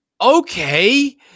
okay